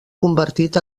convertit